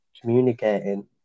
communicating